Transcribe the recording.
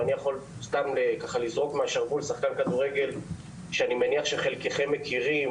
אני יכול לזרוק שם של שחקן הכדורגל ערן זהבי שאני מניח שחלקכם מכירים.